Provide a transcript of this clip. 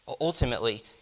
Ultimately